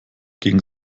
gegen